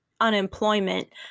unemployment